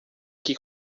que